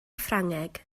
ffrangeg